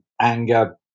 anger